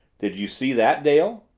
did you see that, dale?